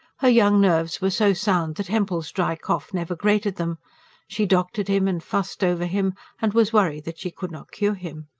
her young nerves were so sound that hempel's dry cough never grated them she doctored him and fussed over him, and was worried that she could not cure him.